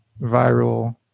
viral